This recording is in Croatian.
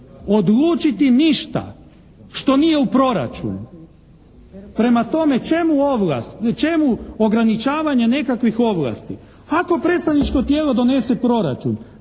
odlučiti ništa što nije u proračunu. Prema tome, čemu ograničavanje nekakvih ovlasti. Ako predstavničko tijelo donese proračun